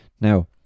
Now